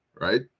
right